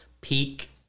Peak